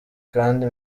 kandi